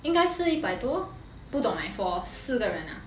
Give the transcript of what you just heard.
应该是一百多不懂 leh for 四个人 ah